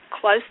close